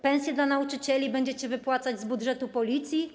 Pensje dla nauczycieli będziecie wypłacać z budżetu Policji?